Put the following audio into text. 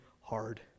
hard